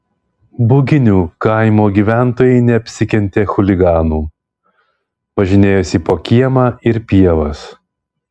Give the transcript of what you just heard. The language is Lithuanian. buginių kaimo gyventojai neapsikentė chuliganų važinėjosi po kiemą ir pievas